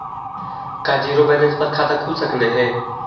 का zero balance पर खाता खुल सकले हे?